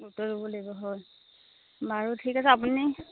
গুৰুত্ব ল'ব লাগিব হয় বাৰু ঠিক আছে আপুনি